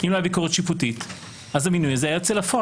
אם לא היה ביקורת ש, המינוי הזה היה יוצא לפועל.